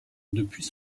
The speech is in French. depuis